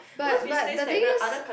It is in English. but but the thing is